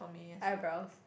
eyebrows